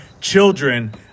children